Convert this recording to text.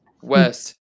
west